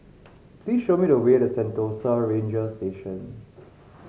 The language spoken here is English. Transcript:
please show me the way to Sentosa Ranger Station